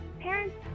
parents